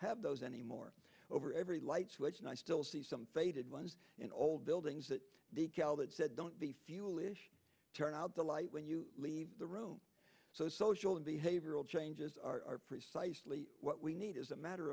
have those anymore over every light switch and i still see some faded ones in old buildings that decal that said don't be foolish turn out the light when you leave the room so social and behavioral changes are precisely what we need as a matter